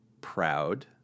proud